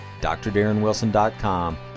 drdarrenwilson.com